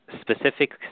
specific